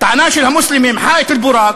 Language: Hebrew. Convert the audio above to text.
הטענה של המוסלמים, "חיט אל-בוראק"